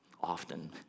often